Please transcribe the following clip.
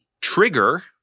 trigger